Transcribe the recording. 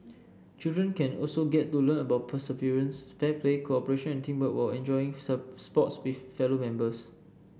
children can also get to learn about perseverance fair play cooperation and teamwork while enjoying sports with fellow members